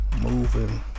moving